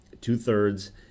two-thirds